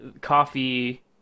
coffee